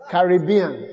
Caribbean